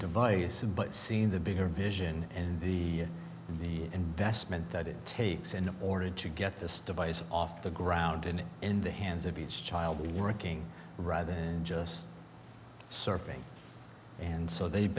device and but seen the bigger vision and the and the investment that it takes in order to get this device off the ground and in the hands of each child working rather than just surfing and so they'